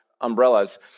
umbrellas